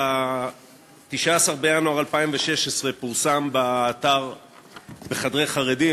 ב-19 בינואר 2016 פורסם באתר "בחדרי חרדים",